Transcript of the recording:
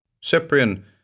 Cyprian